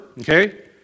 Okay